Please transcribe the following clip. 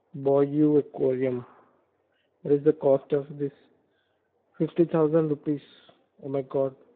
boyu aquarium what is the cost of this fifty thousand rupees oh my god